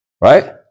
right